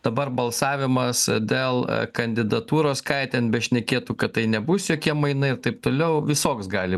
dabar balsavimas dėl kandidatūros ką jie ten bešnekėtų kad tai nebus jokie mainai ir taip toliau visoks gali